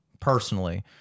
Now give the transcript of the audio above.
personally